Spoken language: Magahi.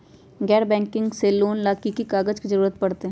गैर बैंकिंग से लोन ला की की कागज के जरूरत पड़तै?